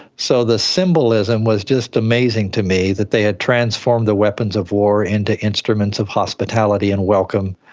so the symbolism was just amazing to me, that they had transformed the weapons of war into instruments of hospitality and welcome.